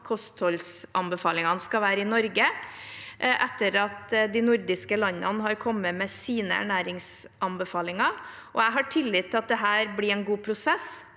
kostholdsanbefalingene skal være i Norge etter at de nordiske landene har kommet med sine ernæringsanbefalinger. Jeg har tillit til at dette blir en god prosess,